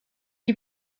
die